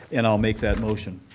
and i'll make that motion.